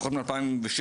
לפחות מ-2016,